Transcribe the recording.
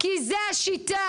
כי זו השיטה,